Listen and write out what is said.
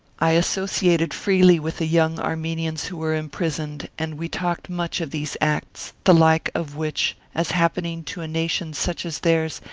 i associated freely with the young armenians who were imprisoned, and we talked much of these acts, the like of which, as happening to a nation such as theirs,